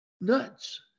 nuts